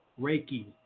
Reiki